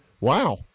wow